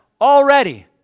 already